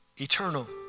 eternal